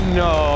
no